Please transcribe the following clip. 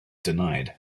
denied